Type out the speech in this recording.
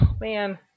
man